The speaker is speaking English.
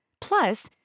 Plus